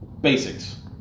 Basics